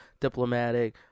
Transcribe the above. diplomatic